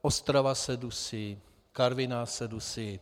Ostrava se dusí, Karviná se dusí.